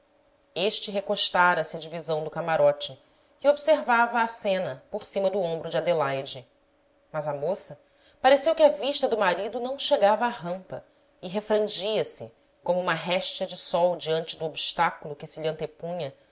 este recostara se à divisão do camarote e observava a cena por cima do ombro de adelaide mas à moça pareceu que a vista do marido não chegava à rampa e refrangia se como uma réstia de sol diante do obstáculo que se